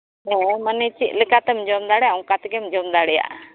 ᱦᱮᱸ ᱢᱟᱱᱮ ᱪᱮᱫ ᱞᱮᱠᱟ ᱠᱟᱛᱮᱢ ᱡᱚᱢ ᱫᱟᱲᱮᱭᱟᱜᱼᱟ ᱚᱱᱠᱟ ᱛᱮᱜᱮᱢ ᱡᱚᱢ ᱫᱟᱲᱮᱭᱟᱜᱼᱟ